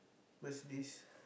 Mercedes